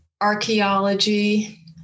archaeology